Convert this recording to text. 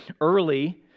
early